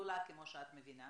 שומעת